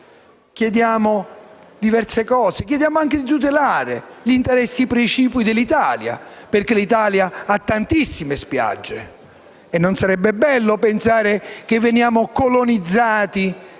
chiediamo anche di tutelare gli interessi precipui dell'Italia, perché l'Italia ha tantissime spiagge e non sarebbe bello pensare di essere colonizzati